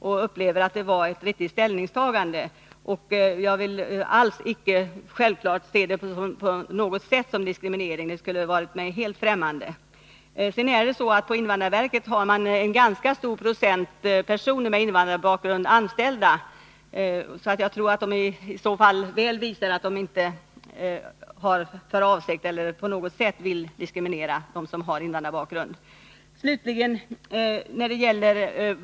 Jag upplever att det var ett riktigt ställningstagande. Självfallet ser jag det inte som att det här på något sätt skulle ha varit fråga om diskriminering — det skulle ha varit mig helt fträmmande. På invandrarverket har man en ganska stor procent personer med invandrarbakgrund anställd. Jag tror att detta väl visar att man där inte på något sätt diskriminerar dem som har sådan bakgrund.